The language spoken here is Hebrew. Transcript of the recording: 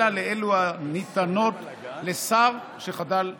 אלא לאלו הניתנות לשר שחדל מלכהן.